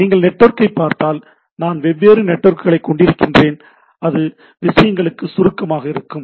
நீங்கள் நெட்வொர்க்கைப் பார்த்தால் நான் வெவ்வேறு நெட்வொர்க்குகளைக் கொண்டிருக்கின்றேன் அது விஷயங்களுக்கு சுருக்கமாக இருக்கும்